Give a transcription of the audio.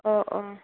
অঁ অঁ